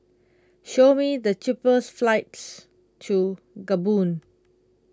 show me the cheapest flights to Gabon